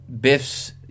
Biff's